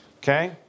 Okay